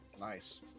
Nice